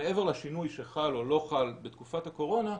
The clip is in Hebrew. שמעבר לשינוי שחל או לא חל בתקופת הקורונה,